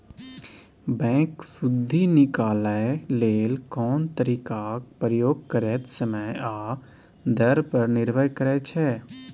bank सुदि निकालय लेल कोन तरीकाक प्रयोग करतै समय आ दर पर निर्भर करै छै